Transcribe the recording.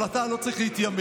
אבל אתה לא צריך להתיימר.